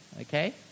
okay